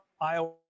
Iowa